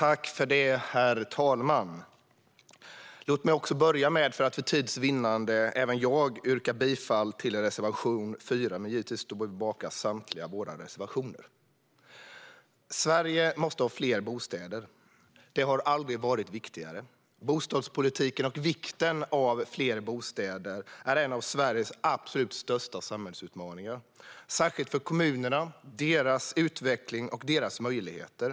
Herr talman! Låt mig börja med att för tids vinnande yrka bifall till reservation 4, men givetvis står vi bakom samtliga våra reservationer. Sverige måste ha fler bostäder. Det har aldrig varit viktigare. Bostadspolitiken och vikten av fler bostäder är en av Sveriges absolut största samhällsutmaningar. Särskilt för kommunerna, deras utveckling och deras möjligheter.